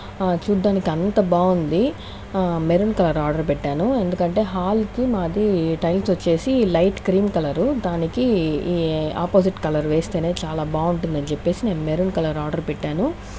చూడ్డానికి అంత బాగుంది మెరున్ కలర్ ఆర్డర్ పెట్టాను ఎందుకంటే హాల్ కి మాది టైల్స్ వచ్చేసి లైట్ క్రీం కలరు దానికి ఈ ఆపోజిట్ కలర్ వేస్తేనే చాలా బాగుంటుందని చెప్పేసి నేను మెరున్ కలర్ ఆర్డర్ పెట్టాను